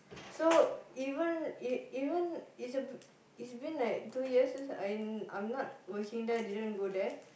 so even even it's a b~ it's been like two years since I I'm not working there didn't go there